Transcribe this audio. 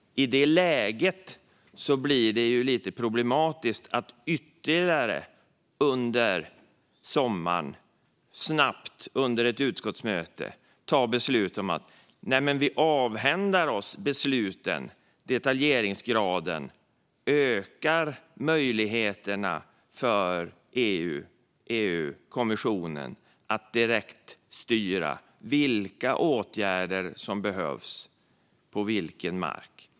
I det läget blir det förstås lite problematiskt att vid ett utskottsmöte under sommaren snabbt ta ytterligare beslut om att avhända oss besluten och detaljeringsgraden och öka möjligheterna för EU-kommissionen att direkt styra vilka åtgärder som behövs på vilken mark.